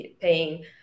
paying